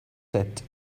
set